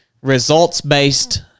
results-based